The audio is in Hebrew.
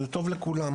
זה טוב לכולם.